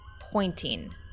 pointing